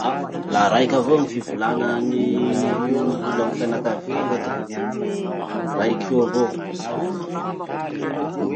Ah! la raiky avao ny fivolanan'ny olo amy fianakaviako atoa. Raiky io avao.